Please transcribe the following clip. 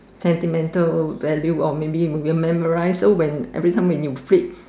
sentimental value or maybe will memorize so when every time when you flip